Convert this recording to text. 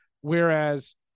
Whereas